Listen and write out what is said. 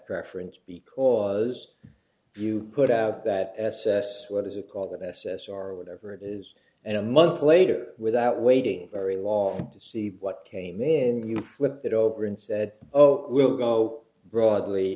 preference because you put out that s s what is a call that s s or whatever it is and a month later without waiting very long to see what came in you flip it over and said oh we'll go broadly